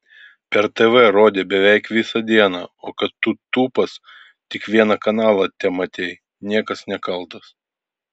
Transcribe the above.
per tv rodė beveik visą dieną o kad tu tūpas tik vieną kanalą tematei niekas nekaltas